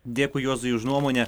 dėkui juozui už nuomonę